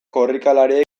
korrikalariek